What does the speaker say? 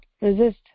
resist